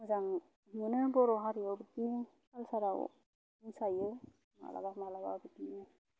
मोजां मोनो बर' हारिआव बिदिनो खालसाराव मोसायो मालाबा मालाबा बिदिनो